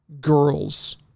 girls